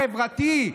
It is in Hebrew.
חברתי,